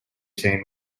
saint